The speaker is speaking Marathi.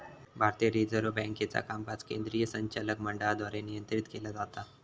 भारतीय रिझर्व्ह बँकेचा कामकाज केंद्रीय संचालक मंडळाद्वारे नियंत्रित केला जाता